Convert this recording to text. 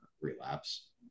Relapse